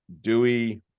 Dewey